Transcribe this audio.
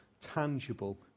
tangible